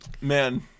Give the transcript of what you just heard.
man